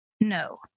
No